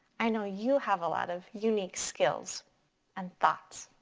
i know you have a lot of unique skills and thoughts.